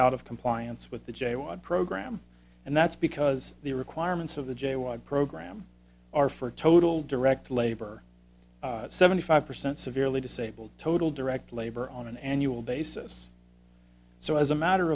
out of compliance with the j watt program and that's because the requirements of the jaywalk program are for a total direct labor seventy five percent severely disabled total direct labor on an annual basis so as a matter